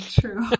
true